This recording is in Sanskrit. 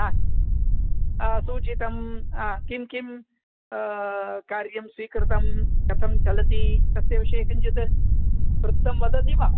हा सूचितं किं किं कार्यं स्वीकृतं कथं चलति तस्य विषये किञ्चित् वृत्तं वदति वा